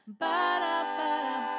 Ba-da-ba-da